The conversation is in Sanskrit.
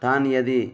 तान् यदि